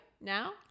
now